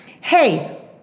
hey